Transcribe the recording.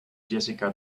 jessica